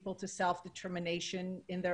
אז מבחינתי העבודה שלי הרבה יותר קלה מהעבודה של ארי,